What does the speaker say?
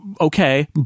okay